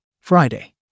Friday